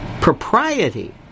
propriety